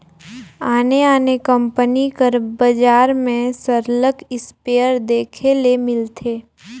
आने आने कंपनी कर बजार में सरलग इस्पेयर देखे ले मिलथे